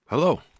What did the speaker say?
Hello